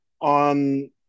on